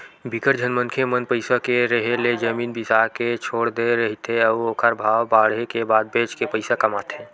बिकट झन मनखे मन पइसा के रेहे ले जमीन बिसा के छोड़ दे रहिथे अउ ओखर भाव बाड़हे के बाद बेच के पइसा कमाथे